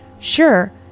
Sure